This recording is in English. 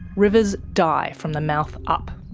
rivers die from the mouth up.